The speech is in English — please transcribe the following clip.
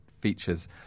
features